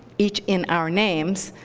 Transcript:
each in our names,